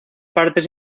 partes